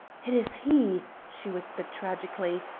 it is he! she whispered tragically.